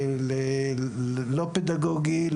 לא פדגוגי,